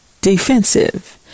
defensive